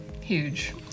huge